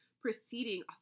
preceding